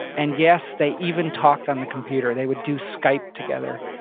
and yes, they even talked on the computer. they would do skype together.